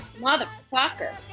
Motherfucker